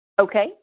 Okay